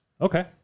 Okay